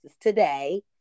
today